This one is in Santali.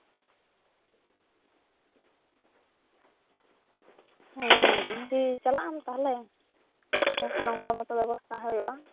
ᱦᱮᱸ ᱟᱢ ᱠᱤ ᱪᱟᱞᱟᱜ ᱟᱢ ᱛᱟᱦᱞᱮ ᱤᱱᱟᱹᱠᱷᱟᱱ ᱚᱱᱠᱟ ᱢᱚᱛᱚ ᱵᱮᱵᱚᱥᱛᱟ ᱦᱩᱭᱩᱜᱼᱟ